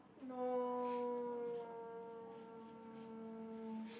no